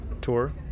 tour